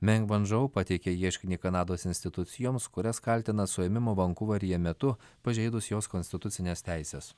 men van džou pateikė ieškinį kanados institucijoms kurias kaltina suėmimo vankuveryje metu pažeidus jos konstitucines teises